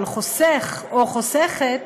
על חוסך או חוסכת,